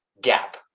gap